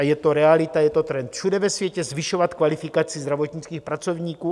Je to realita, je to trend všude ve světě zvyšovat kvalifikaci zdravotnických pracovníků.